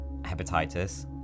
hepatitis